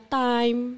time